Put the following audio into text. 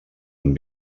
amb